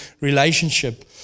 relationship